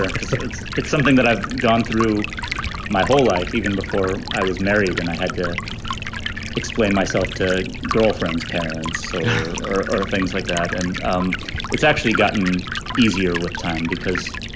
because um it's it's something that i've gone through my whole life even before i was married, and i had to explain myself to girlfriend's parents or things like that. and um it's actually gotten easier with time because,